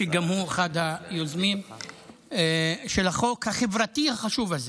שגם הוא אחד היוזמים של החוק החברתי החשוב הזה.